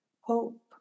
hope